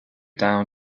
down